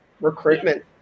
recruitment